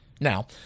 Now